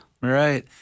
Right